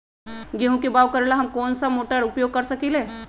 गेंहू के बाओ करेला हम कौन सा मोटर उपयोग कर सकींले?